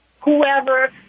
whoever